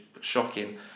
shocking